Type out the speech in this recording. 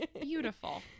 beautiful